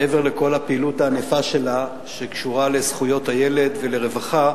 מעבר לכל הפעילות הענפה שלה שקשורה לזכויות הילד ולרווחה,